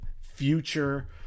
future